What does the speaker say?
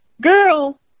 Girl